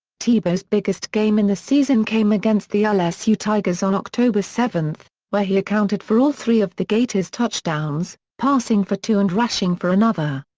tebow's biggest game in the season came against the lsu tigers on october seven, where he accounted for all three of the gators' touchdowns, passing for two and rushing for another.